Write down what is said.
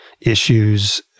issues